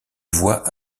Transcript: voies